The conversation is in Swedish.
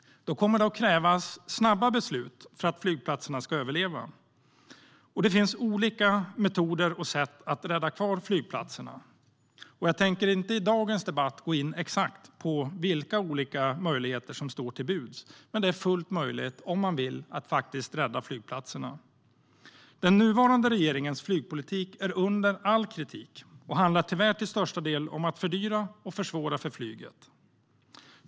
Då kommer det att krävas snabba beslut för att flygplatserna ska överleva, och det finns olika metoder och sätt att rädda kvar dem. Jag tänker inte i dagens debatt gå in exakt på vilka olika möjligheter som står till buds, men det är fullt möjligt att rädda flygplatserna - om man vill. Den nuvarande regeringens flygpolitik är under all kritik och handlar tyvärr till största del om att fördyra och försvåra för flyget.